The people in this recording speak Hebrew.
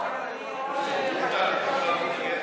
חברת הכנסת מלינובסקי?